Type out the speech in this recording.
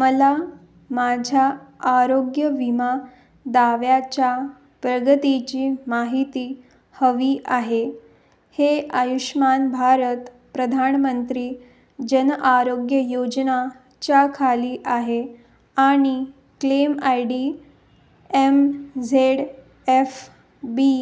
मला माझ्या आरोग्य विमा दाव्याच्या प्रगतीची माहिती हवी आहे हे आयुष्मान भारत प्रधानमंत्री जनआरोग्य योजना च्या खाली आहे आणि claim I D M Z F B